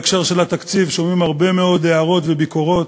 בהקשר של התקציב שומעים הרבה מאוד הערות וביקורות.